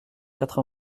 quatre